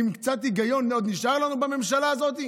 קצת היגיון עוד נשאר לנו בממשלה הזאת?